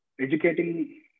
educating